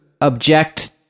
object